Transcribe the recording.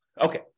Okay